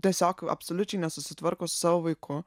tiesiog absoliučiai nesusitvarko su savo vaiku